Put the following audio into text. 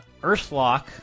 Earthlock